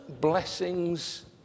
blessings